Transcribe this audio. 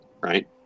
Right